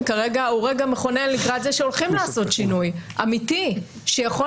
כרגע הוא רגע מכונן לקראת זה שהולכים לעשות שינוי אמיתי שיכול